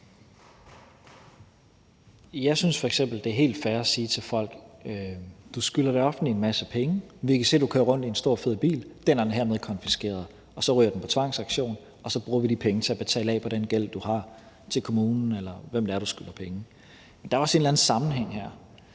Jeg synes f.eks., det er helt fair at sige til folk: Du skylder det offentlige en masse penge. Vi kan se, du kører rundt i en stor fed bil. Den har vi hermed konfiskeret. Og så ryger den på tvangsauktion, og så bruger vi de penge til at betale af på den gæld, du har til kommunen, eller hvem det er, du skylder penge. Der er også en eller anden sammenhæng her.